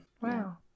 Wow